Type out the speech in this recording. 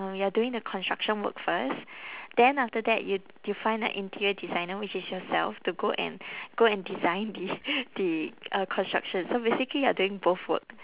you're during the construction work first then after that you you find a interior designer which is yourself to go and go and design the the uh construction so basically you're doing both work